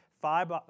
five